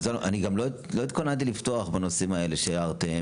אני גם לא התכוננתי לפתוח בנושאים האלה שהערת,